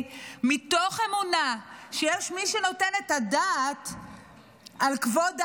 מתוך אמונה שיש מי שנותן את הדעת על כבוד האדם,